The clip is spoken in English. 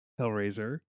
Hellraiser